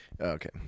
Okay